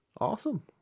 Awesome